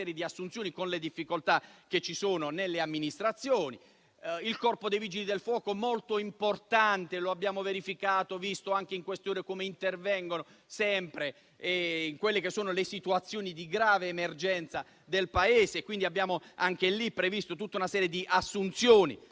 di assunzioni con le difficoltà che ci sono nelle amministrazioni. Il Corpo dei vigili del fuoco è molto importante ed abbiamo visto anche in queste ore come intervengono sempre nelle situazioni di grave emergenza del Paese: abbiamo dunque previsto tutta una serie di assunzioni